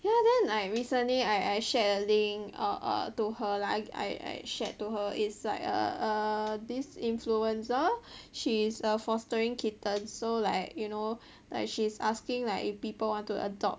ya then like recently I I shared a link err err to her like I I shared to her is like err this influencer she's err fostering kittens so like you know like she's asking like if people want to adopt